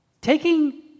taking